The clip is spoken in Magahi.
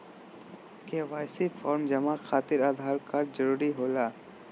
के.वाई.सी फॉर्म जमा खातिर आधार कार्ड जरूरी होला?